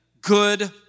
good